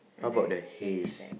how about the haze